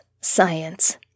science